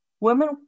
women